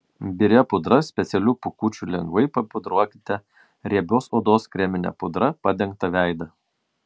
biria pudra specialiu pūkučiu lengvai papudruokite riebios odos kremine pudra padengtą veidą